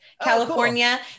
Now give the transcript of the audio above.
California